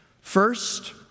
First